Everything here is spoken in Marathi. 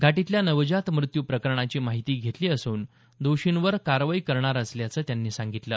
घाटीतल्या नवजात मृत्यू प्रकरणाची माहिती घेतली असून दोषींवर कारवाई करणार असल्याचं त्यांनी सांगितलं